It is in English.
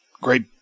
Great